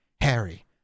Harry